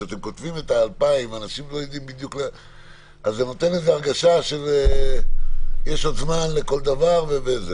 כשאתם כותבים כך זה נותן הרגשה שיש עוד זמן לכל דבר.